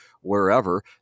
wherever